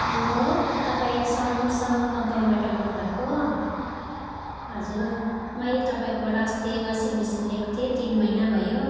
hello तपाईँ Samsung कम्पनीबाट बोल्नु भएको हो हजुर मैले तपाईँकोबाट अस्ति वासिङ मसिन लिएको थिएँ तिन महिना भयो